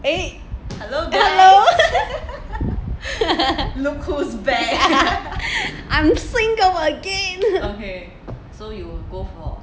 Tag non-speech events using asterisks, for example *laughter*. eh hello *laughs* I'm single again